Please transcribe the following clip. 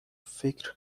فکر